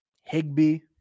Higby